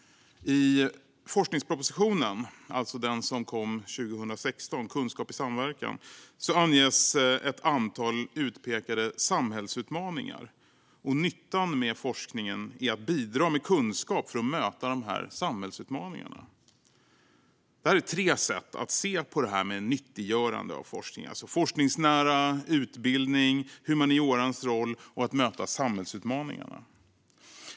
I den forskningsproposition som kom 2016, Kunskap i samverkan - för samhällets utmaningar och stärkt konkurrenskraft , anges ett antal utpekade samhällsutmaningar. Nyttan med forskningen är att bidra med kunskap för att möta de samhällsutmaningarna. Det är tre sätt att se på det här med nyttiggörande av forskning. Det handlar om att vara forskningsnära, det handlar om utbildning och humaniorans roll och det handlar om att möta samhällsutmaningen.